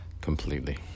completely